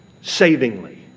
savingly